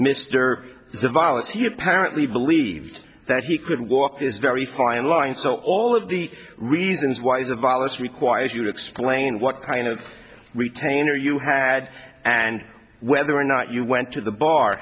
mr violence he apparently believed that he could walk this very fine line so all of the reasons why the violence requires you to explain what kind of retainer you had and whether or not you went to the bar